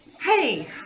Hey